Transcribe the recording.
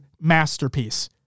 masterpiece